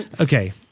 okay